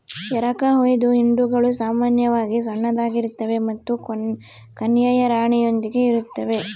ಎರಕಹೊಯ್ದ ಹಿಂಡುಗಳು ಸಾಮಾನ್ಯವಾಗಿ ಸಣ್ಣದಾಗಿರ್ತವೆ ಮತ್ತು ಕನ್ಯೆಯ ರಾಣಿಯೊಂದಿಗೆ ಇರುತ್ತವೆ